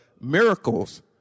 miracles